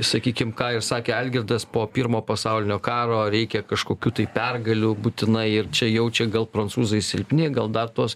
sakykim ką ir sakė algirdas po pirmo pasaulinio karo reikia kažkokių tai pergalių būtinai ir čia jaučia gal prancūzai silpni gal dar tuos